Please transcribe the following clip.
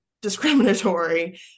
discriminatory